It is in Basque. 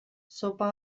zopa